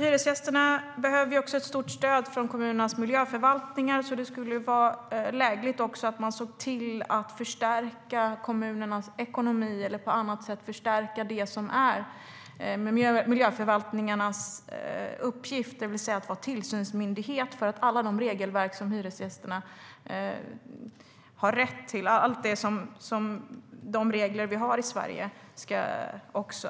Hyresgästerna behöver också ett stort stöd från kommunernas miljöförvaltningar. Det skulle vara lägligt att se till att förstärka kommunernas ekonomier eller på annat sätt förstärka det som är miljöförvaltningarnas uppgift, det vill säga att vara tillsynsmyndighet i fråga om